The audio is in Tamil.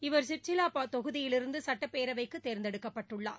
இவர் சிர்சிலாதொகுதியிலிருந்துசட்டப்பேரவைக்குதேர்ந்தெடுக்கப்பட்டுள்ளார்